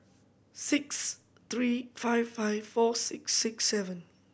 six three five five four six six seven